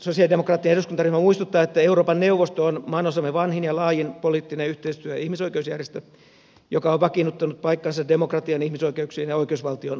sosialidemokraattinen eduskuntaryhmä muistuttaa että euroopan neuvosto on maanosamme vanhin ja laajin poliittinen yhteistyö ja ihmisoikeusjärjestö joka on vakiinnuttanut paikkansa demokratian ihmisoikeuksien ja oikeusvaltion vahvistamisessa